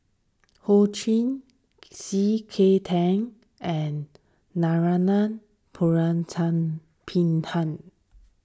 Ho Ching C K Tang and Narana Putumaippittan